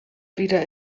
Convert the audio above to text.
wieder